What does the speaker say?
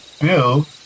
Bill